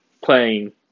Playing